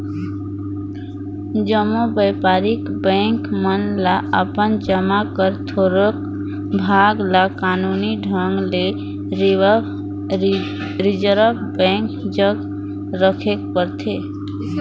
जम्मो बयपारिक बेंक मन ल अपन जमा कर थोरोक भाग ल कानूनी ढंग ले रिजर्व बेंक जग राखेक परथे